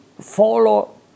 follow